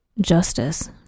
Justice